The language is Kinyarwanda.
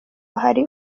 hari